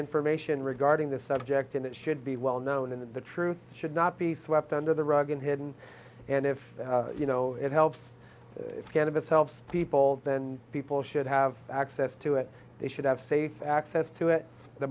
information regarding this subject and it should be well known in the truth should not be swept under the rug and hidden and if you know it helps cannabis helps people then people should have access to it they should have safe access to it the